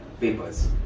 papers